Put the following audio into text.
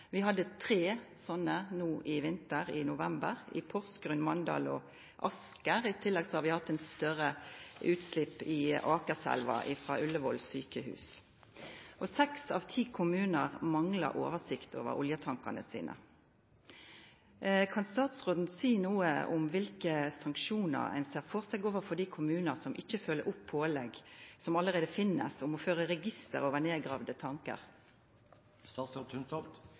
Vi hadde tre sånne nå i vinter, i november – i Porsgrunn, Mandal og Asker. I tillegg har vi hatt et større utslipp i Akerselva fra Ullevål sykehus. Seks av ti kommuner mangler oversikt over oljetankene sine. Kan statsråden si noe om hvilke sanksjoner en ser for seg overfor de kommuner som ikke følger opp pålegg som allerede finnes om å føre register over nedgravde tanker?